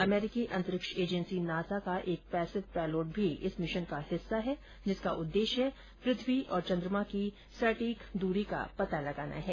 अमेरिकी अंतरिक्ष agency NASA का एक पैसिव पेलोड भी इस मिशन का हिस्सा है जिसका उद्देश्य पृथ्वी और चंद्रमा की सटीक दूरी पता लगाना है